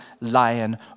lion